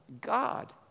God